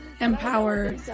empower